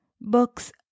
Books